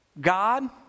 God